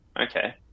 okay